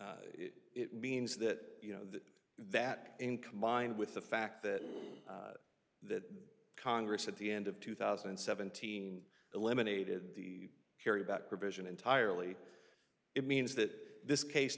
it means that you know that in combined with the fact that that congress at the end of two thousand and seventeen eliminated the carry about provision entirely it means that this case